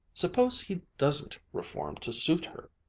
suppose he doesn't reform to suit her,